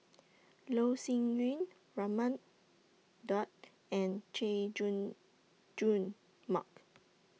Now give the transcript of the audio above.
Loh Sin Yun Raman Daud and Chay Jung Jun Mark